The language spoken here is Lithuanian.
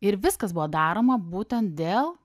ir viskas buvo daroma būtent dėl